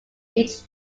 each